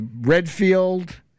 Redfield